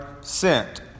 sent